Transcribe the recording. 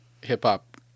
hip-hop